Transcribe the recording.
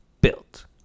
Built